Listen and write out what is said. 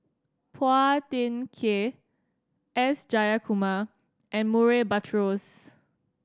Phua Thin Kiay S Jayakumar and Murray Buttrose